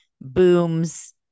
booms